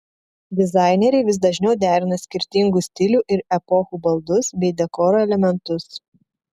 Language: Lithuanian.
dizaineriai vis dažniau derina skirtingų stilių ir epochų baldus bei dekoro elementus